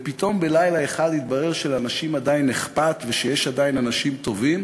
ופתאום בלילה אחד התברר שלאנשים עדיין אכפת ושיש עדיין אנשים טובים,